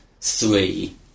three